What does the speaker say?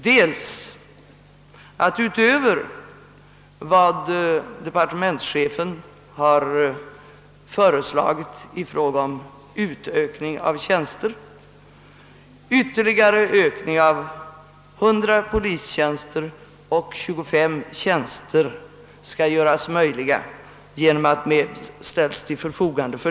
I att — utöver vad departementschefen föreslagit i fråga om utökning av antalet tjänster — en ytterligare ökning med 100 polistjänster och 25 biträdestjänster skall möjliggöras genom att medel ställs till förfogande härför.